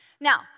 Now